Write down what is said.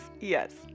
yes